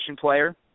player